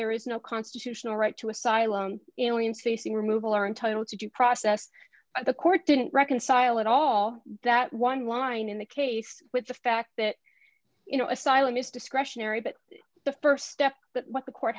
there is no constitutional right to asylum facing removal are entitled to due process the court didn't reconcile at all that one line in the case with the fact that you know asylum is discretionary but the st step but what the court